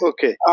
Okay